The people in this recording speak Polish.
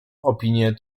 opinię